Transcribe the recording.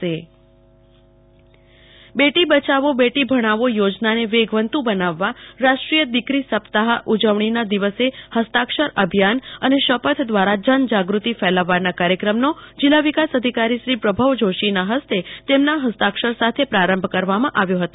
કુલ્પના શાહ બેટી બચાવો બેટી ભણાવો અભિયાન બેટી બચાવો બેટી ભણાવો યોજનાને વેગવંતુ બનાવવા રાષ્ટ્રીય દિકરી સપ્તાહ ઉજવણીના દિવસે હસ્તાક્ષર અભિયાન અને શપથ દ્વારા જનજાગૃતિ ફેલાવવાના કાર્યક્રમનો જિલ્લા વિકાસ અધિકારીશ્રી પ્રભવ જોશીના હસ્તે તેમના હસ્તાક્ષર સાથે પ્રારંભ કરવામાં આવ્યો હતો